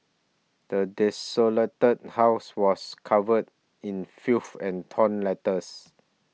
the desolated house was covered in filth and torn letters